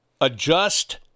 adjust